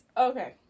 Okay